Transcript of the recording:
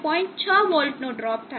6 volt નો drop થાય છે